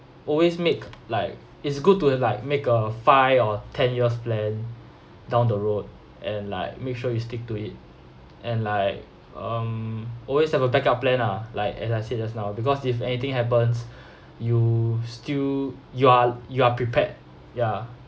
always make like it's good to have like make a five or ten years plan down the road and like make sure you stick to it and like um always have a backup plan ah like as I said just now because if anything happens you still you're you are prepared ya